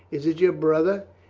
is it your brother?